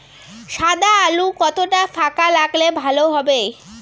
সাদা আলু কতটা ফাকা লাগলে ভালো হবে?